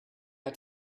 hat